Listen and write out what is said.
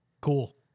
Cool